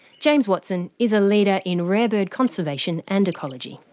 james watson is a leader in rare bird conservation and ecology.